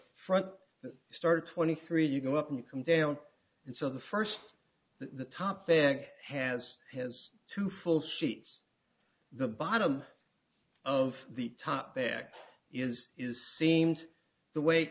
front started twenty three you go up and come down and so the first the topic has has two full sheets the bottom of the top bag is is seemed the weight